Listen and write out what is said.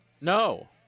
No